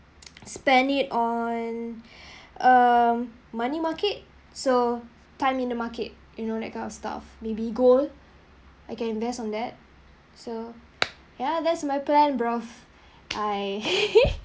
spend it on um earn money market so time in the market you know that kind of stuff maybe gold I can invest on that so ya that's my plan bros I